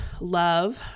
love